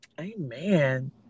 Amen